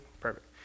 Perfect